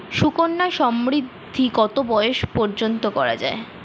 সুকন্যা সমৃদ্ধী কত বয়স পর্যন্ত করা যায়?